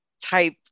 type